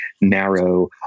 narrow